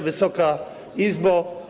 Wysoka Izbo!